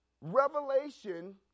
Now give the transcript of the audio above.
Revelation